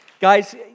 guys